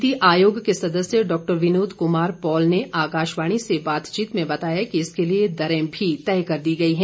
नीति आयोग के सदस्य डॉ विनोद कुमार पॉल ने आकाशवाणी से बातचीत में बताया कि इसके लिए दरें भी तय कर दी गई हैं